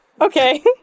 okay